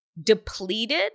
depleted